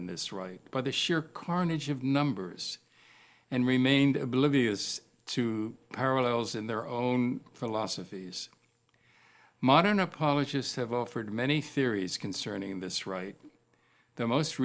in this right by the sheer carnage of numbers and remained oblivious to parallels in their own philosophies modern apologists have offered many theories concerning this right the most